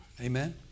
Amen